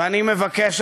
ואני מבקש,